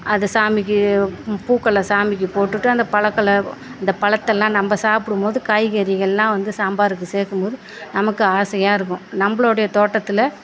அதை சாமிக்கு பூக்களை சாமிக்கு போட்டுவிட்டு அந்த பழங்கள அந்த பழத்தெல்லாம் நம்ப சாப்பிடும் போது காய்கறிகள் எல்லாம் வந்து சாம்பாருக்கு சேர்க்கும் போது நமக்கு ஆசையாக இருக்கும் நம்பளுடைய தோட்டத்தில்